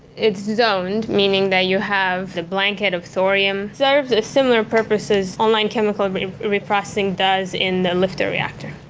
its zoned meaning that you have the blanket of thorium serves a similar purpose as online chemical i mean reprocessing does in the lftr reactor.